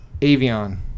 Avion